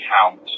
count